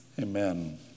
Amen